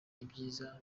ibyiza